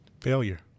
Failure